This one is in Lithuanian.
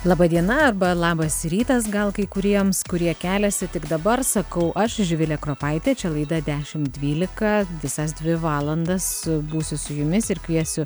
laba diena arba labas rytas gal kai kuriems kurie keliasi tik dabar sakau aš živilė kropaitė čia laida dešim dvylika visas dvi valandas būsiu su jumis ir kviesiu